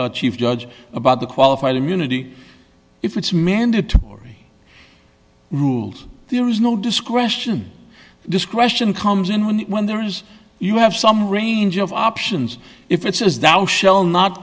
chief judge about the qualified immunity if it's mandatory rules there is no discretion discretion comes in when there is you have some range of options if it says that i shall not